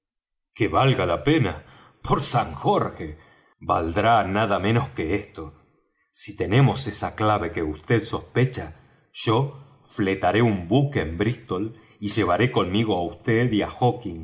que valga la pena por san jorge valdrá nada menos que esto si tenemos esa clave que vd sospecha yo fletaré un buque en brístol y llevaré conmigo á vd y